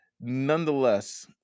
Nonetheless